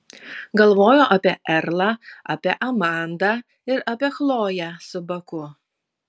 galvojo apie erlą apie amandą ir apie chloję su baku